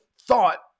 thought